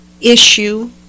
issue